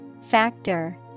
Factor